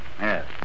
Yes